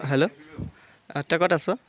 hello তই ক'ত আছ